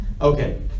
Okay